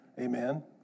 Amen